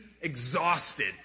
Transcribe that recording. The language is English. exhausted